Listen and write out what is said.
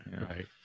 Right